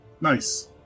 Nice